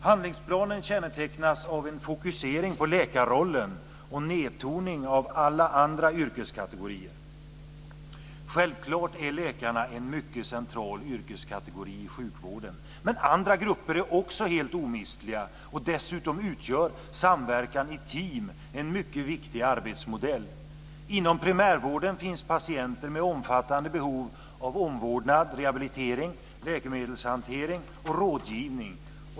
Handlingsplanen kännetecknas av en fokusering på läkarrollen och nedtoning av alla andra yrkeskategorier. Självklart är läkarna en mycket central yrkeskategori i sjukvården, men andra grupper är också helt omistliga. Dessutom utgör samverkan i team en mycket viktig arbetsmodell. Inom primärvården finns patienter med omfattande behov av omvårdnad, rehabilitering, läkemedelshantering och rådgivning.